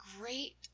great